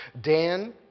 Dan